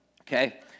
okay